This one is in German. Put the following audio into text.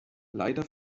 leider